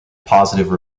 positive